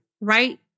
right